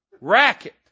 Racket